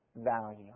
value